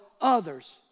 others